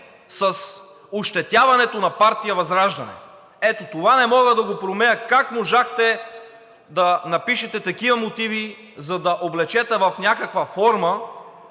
с ощетяването на партия ВЪЗРАЖДАНЕ. Ето това не мога да го проумея - как можахте да напишете такива мотиви, за да облечете в някаква форма